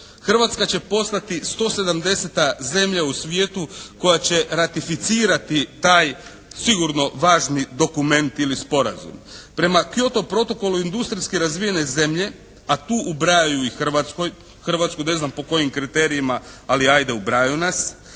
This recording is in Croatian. Hrvatska će postati 170 zemlja u svijetu koja će ratificirati taj sigurno važni dokument ili sporazum. Prema Kyoto protokolu industrijski razvijene zemlje, a tu ubrajaju i Hrvatsku, ne znam po kojim kriterijima, ali ajde ubrajaju nas,